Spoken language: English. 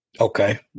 Okay